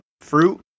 fruit